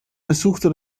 besuchte